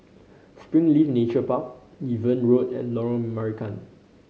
Springleaf Nature Park Niven Road and Lorong Marican